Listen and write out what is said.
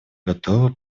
готово